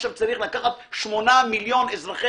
עכשיו צריך לקחת שמונה מיליון אזרחי